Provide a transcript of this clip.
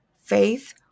Faith